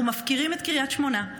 אנחנו מפקירים את קריית שמונה,